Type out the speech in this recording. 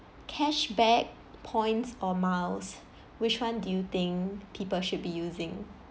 cashback points or miles which [one] do you think people should be using